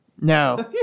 No